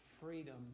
freedom